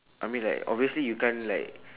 I mean like obviously you can't like